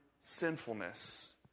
sinfulness